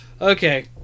Okay